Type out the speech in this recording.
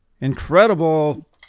incredible